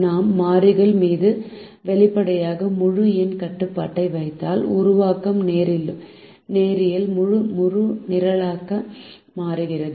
நாம் மாறிகள் மீது வெளிப்படையான முழு எண் கட்டுப்பாட்டை வைத்தால் உருவாக்கம் நேரியல் முழு நிரலாக்கமாக மாறுகிறது